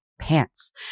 pants